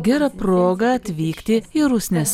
gera proga atvykti į rusnės